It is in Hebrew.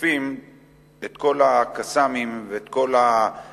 אוספים את כל ה"קסאמים" ואת כל הרקטות